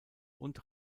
und